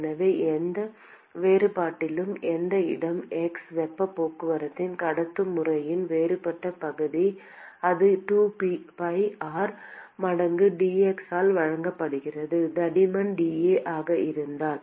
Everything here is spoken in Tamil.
எனவே எந்த வேறுபாட்டிலும் எந்த இடம் x வெப்பப் போக்குவரத்தின் கடத்தும் முறையின் வேறுபட்ட பகுதி அது 2 pi r மடங்கு dx ஆல் வழங்கப்படுகிறது தடிமன் dA ஆக இருந்தால்